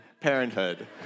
parenthood